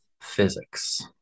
physics